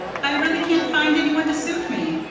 i really can't find any one to suit me.